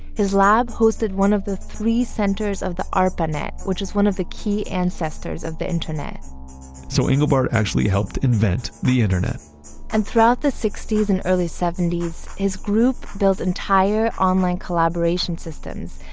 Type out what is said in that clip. his lab hosted one of the three centers of the arpanet, which was one of the key ancestors of the internet so engelbart actually helped invent the internet and throughout the sixties and early seventies, his group built entire online collaboration systems,